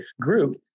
group